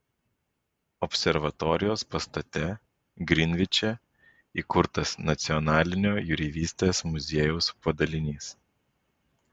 observatorijos pastate grinviče įkurtas nacionalinio jūreivystės muziejaus padalinys